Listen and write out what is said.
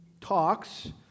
talks